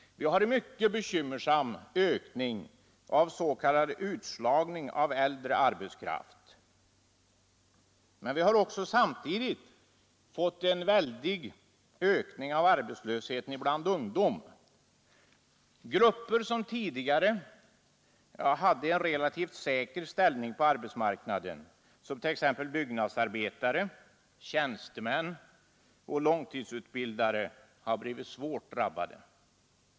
Vi har en mycket bekymmersam ökning av s.k. utslagning av äldre arbetskraft, men vi har också samtidigt fått en väldig ökning av arbetslösheten bland ungdom. Grupper som tidigare hade en en säker ställning på arbetsmarknaden — som t.ex. byggnadsarbetare, tjänstemän och långtidsutbildade — har blivit svårt drabbade.